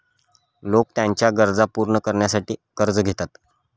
लोक त्यांच्या गरजा पूर्ण करण्यासाठी कर्ज घेतात